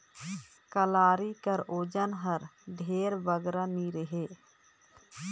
कलारी कर ओजन हर ढेर बगरा नी रहें